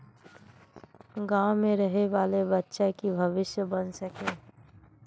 गाँव में रहे वाले बच्चा की भविष्य बन सके?